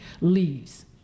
leaves